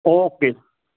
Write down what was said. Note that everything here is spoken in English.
okay